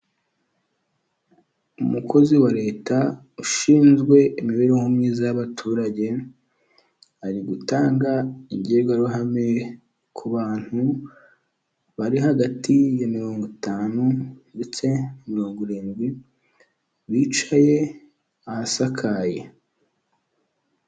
Umukozi wa leta ushinzwe imibereho myiza y'abaturage, ari gutanga ingirwaruhame ku bantu bari hagati ya mirongo itanu ndetse na mirongo irindwi bicaye ahasakaye.